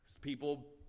people